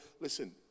Listen